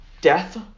death